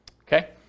Okay